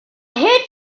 hate